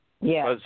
Yes